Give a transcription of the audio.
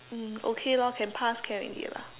mm okay lor can pass can already lah